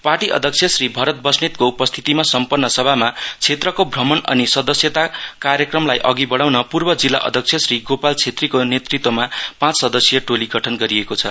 party अध्यक्ष श्री भरत बस्नेतको उपस्थितिमा सम्पन्न सभामा क्षेत्रको भ्रमण अनि सदस्यता कार्यक्रमलाई अघि बढाउन पूर्व जिल्ला अध्यक्ष श्री गोपाल छेत्रीको नेतृत्त्वमा पाँच सदस्यसीय टोली गठन गरिएको छ